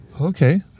Okay